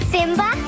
Simba